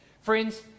Friends